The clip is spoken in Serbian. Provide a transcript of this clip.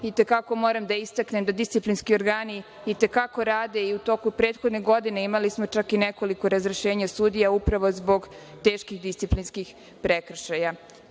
i te kako moram da istaknem da disciplinski organi i te kako rade i u toku prethodne godine imali smo nekoliko razrešenja sudija upravo zbog teških disciplinskih prekršaja. Pomenuli